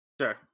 Sure